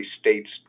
states